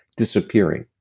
disappearing.